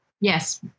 Yes